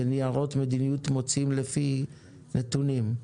ניירות מדיניות מוציאים לפי נתונים.